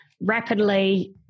rapidly